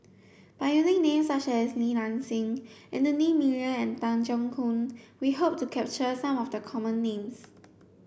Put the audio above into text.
by using names such as Li Nanxing Anthony Miller and Tan Keong Choon we hope to capture some of the common names